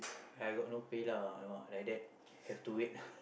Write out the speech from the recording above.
I can got no PayNow !alamak! like that have to wait